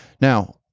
Now